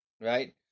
Right